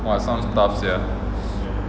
!wah! sounds tough sia